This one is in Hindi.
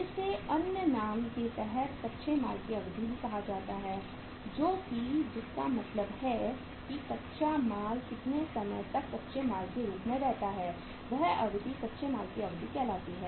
इसे अन्य नाम के तहत कच्चे माल की अवधि भी कहा जाता है जिसका मतलब है कि कच्चा माल कितने समय तक कच्चे माल के रूप में रहता है वह अवधि कच्चे माल की अवधि कहलाती है